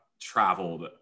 Traveled